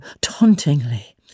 tauntingly